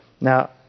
Now